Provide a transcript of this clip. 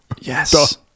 Yes